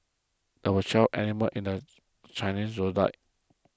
there are twelve animals in the Chinese zodiac